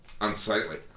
unsightly